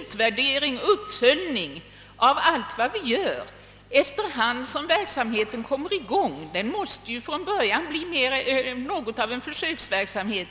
utvärdering och uppföljning av allt vad vi gör allteftersom verksamheten kommer i gång; det måste ju från början bli något av en försöksverksamhet.